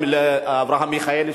לאברהם מיכאלי,